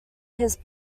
his